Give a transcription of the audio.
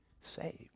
saved